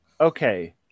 Okay